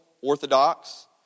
orthodox